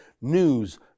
news